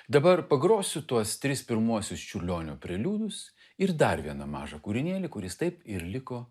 dabar pagrosiu tuos tris pirmuosius čiurlionio preliudus ir dar vieną mažą kūrinėlį kuris taip ir liko